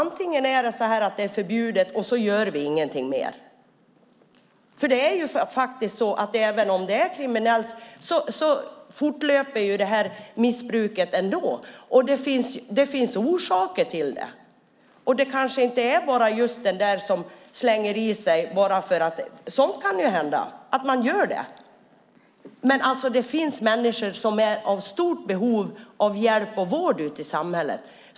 Vi kan säga att det är förbjudet och så gör vi ingenting mer. Även om det är kriminellt fortlöper missbruket. Det finns orsaker till det. Det kanske inte bara handlar om en som slänger i sig, fast det kan hända att det är så, utan det finns människor som är i stort behov av hjälp och vård ute i samhället.